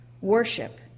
worship